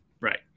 right